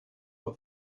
were